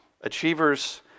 Achievers